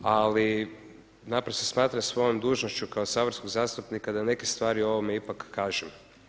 Ali naprosto smatram svojom dužnošću kao saborskog zastupnika da neke stvari o ovome ipak kažem.